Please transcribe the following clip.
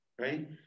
right